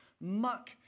muck